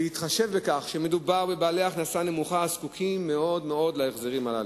להתחשב בכך שמדובר בבעלי הכנסה נמוכה הזקוקים מאוד מאוד להחזרים הללו.